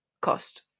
cost